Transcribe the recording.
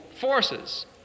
forces